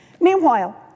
Meanwhile